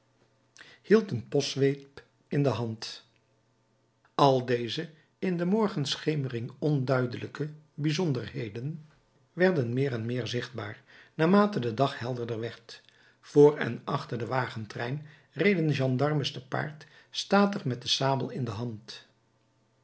hield een postzweep in de hand al deze in de morgenschemering onduidelijke bijzonderheden werden meer en meer zichtbaar naarmate de dag helderder werd vr en achter den wagentrein reden gendarmes te paard statig met de sabel in de hand